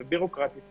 מנהלית.